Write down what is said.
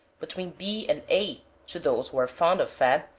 between b and a, to those who are fond of fat,